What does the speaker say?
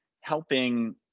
helping